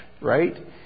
right